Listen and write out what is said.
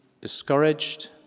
discouraged